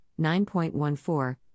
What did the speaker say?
9.14